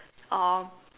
oh